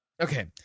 okay